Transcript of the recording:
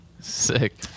Sick